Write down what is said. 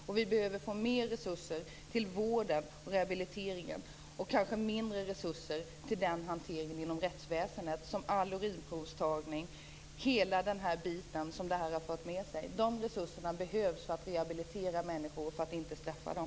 Det behövs också mer resurser till vården och rehabiliteringen, och kanske mindre resurser till den hantering inom rättsväsendet som har fört med sig t.ex. urinprovstagning och allt sådant. Dessa resurser behövs för att rehabilitera människor, och inte för att straffa dem.